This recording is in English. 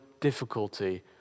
difficulty